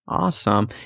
awesome